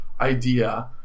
idea